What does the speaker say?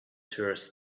tourists